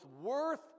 worth